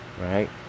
Right